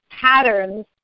patterns